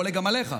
הוא חולק גם עליך,